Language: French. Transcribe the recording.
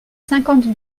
cinquante